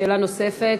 שאלה נוספת.